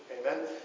Amen